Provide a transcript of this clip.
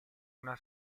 una